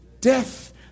Death